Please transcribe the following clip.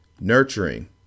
nurturing